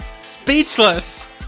Speechless